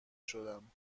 شدم